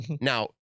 Now